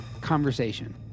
conversation